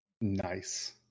Nice